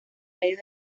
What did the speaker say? medios